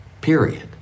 period